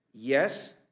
Yes